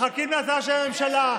מחכים להצעה של הממשלה,